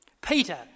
Peter